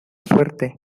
suerte